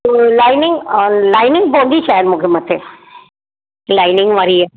पोइ लाईनिंग अ लाईनिंग पवंदी शइ मूंखे मथे लाईनिंग वारी आहे